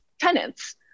tenants